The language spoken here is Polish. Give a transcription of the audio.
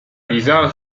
liza